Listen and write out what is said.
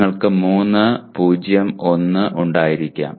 നിങ്ങൾക്ക് 3 0 1 ഉണ്ടായിരിക്കാം